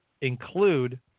include